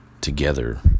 together